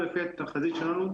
לפי התחזית שלנו,